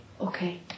Okay